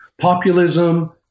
Populism